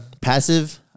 passive